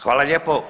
Hvala lijepo.